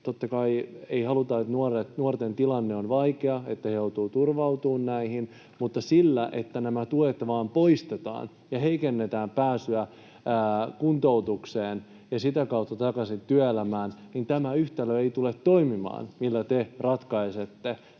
esimerkiksi halua, että nuorten tilanne on vaikea, että he joutuvat turvautumaan näihin. Mutta sillä, että nämä tuet vain poistetaan ja heikennetään pääsyä kuntoutukseen ja sitä kautta takaisin työelämään, tämä yhtälö ei tule toimimaan, sillä, millä te ratkaisette